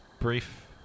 brief